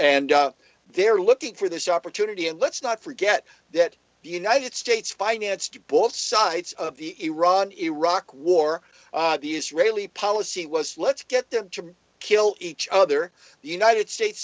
and they're looking for this opportunity and let's not forget that the united states financed both sides of the iran iraq war the israeli policy was let's get them to kill each other the united states